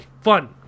Fun